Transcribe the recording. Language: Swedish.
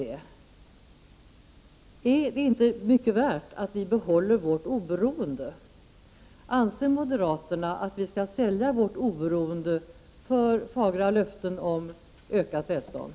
Är det inte mycket värt att vi i Sverige behåller vårt oberoende? Anser moderaterna att vi skall sälja vårt oberoende för fagra löften om ökat välstånd?